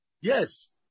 Yes